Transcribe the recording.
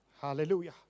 Hallelujah